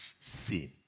sin